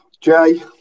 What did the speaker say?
Jay